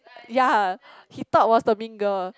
ya he thought was the mean girl